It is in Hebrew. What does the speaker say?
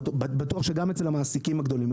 בטוח שגם אצל המעסיקים הגדולים.